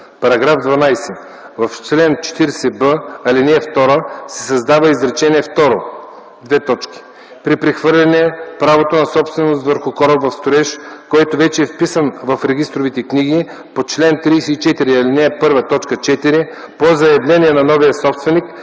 „§ 12. В чл. 40б, ал. 2 се създава изречение второ: „При прехвърляне правото на собственост върху кораб в строеж, който вече е вписан в регистровите книги по чл. 34, ал. 1, т. 4, по заявление на новия собственик